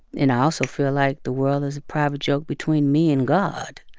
and i also feel like the world is a private joke between me and god.